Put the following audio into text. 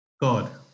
God